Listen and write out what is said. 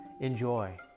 Enjoy